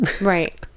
Right